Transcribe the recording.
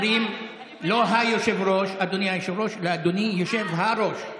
לא אומרים אדוני היושב-ראש אלא אדוני יושב-הראש.